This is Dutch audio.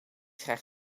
graag